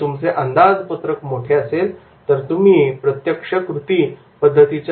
जर तुमचे अंदाज पत्रक मोठे असेल तर तुम्ही प्रत्यक्ष कृती पद्धतीच्या वापराचा विचार नक्कीच करावा